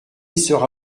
sera